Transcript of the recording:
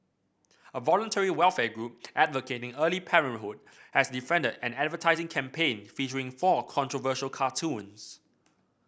a voluntary welfare group advocating early parenthood has defended an advertising campaign featuring four controversial cartoons